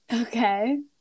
okay